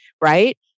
Right